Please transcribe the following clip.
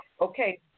Okay